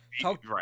Talk